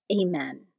Amen